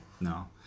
No